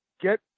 get